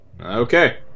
Okay